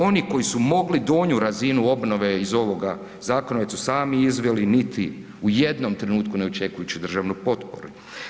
Oni koji su mogli donju razinu obnove iz ovoga zakona, već su sami izveli niti u jednom trenutku ne očekujući državnu potporu.